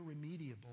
irremediable